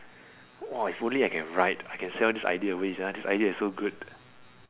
!wah! if only I can write I can sell this idea away sia this idea is so good